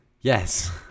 yes